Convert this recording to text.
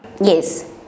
Yes